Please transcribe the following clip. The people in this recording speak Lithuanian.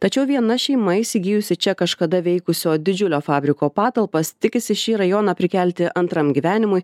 tačiau viena šeima įsigijusi čia kažkada veikusio didžiulio fabriko patalpas tikisi šį rajoną prikelti antram gyvenimui